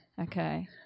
Okay